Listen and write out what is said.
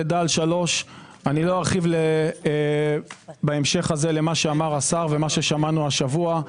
לידה עד 3. לא ארחיב בהמשך למה שאמר השר ומה ששמענו השבוע.